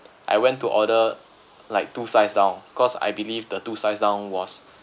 I went to order like two size down cause I believe the two size down was